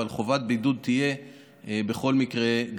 אבל חובת בידוד תהיה בכל מקרה,